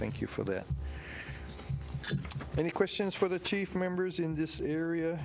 thank you for that many questions for the chief members in this area